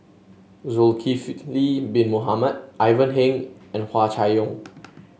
Zulkifli Bin Mohamed Ivan Heng and Hua Chai Yong